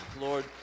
Lord